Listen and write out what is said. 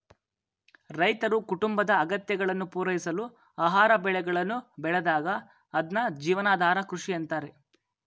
ರೈತರು ಕುಟುಂಬದ ಅಗತ್ಯಗಳನ್ನು ಪೂರೈಸಲು ಆಹಾರ ಬೆಳೆಗಳನ್ನು ಬೆಳೆದಾಗ ಅದ್ನ ಜೀವನಾಧಾರ ಕೃಷಿ ಅಂತಾರೆ